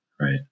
right